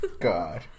God